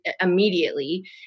immediately